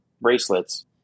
bracelets